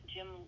Jim